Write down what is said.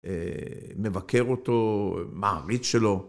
מבקר אותו, מעריץ שלו.